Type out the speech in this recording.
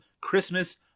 Christmas